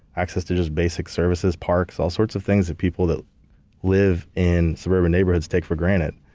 access to just basic services, parks, all sorts of things that people that live in suburban neighborhoods take for granted.